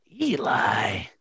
Eli